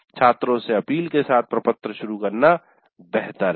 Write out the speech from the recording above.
छात्रों से अपील के साथ प्रपत्र शुरू करना बेहतर है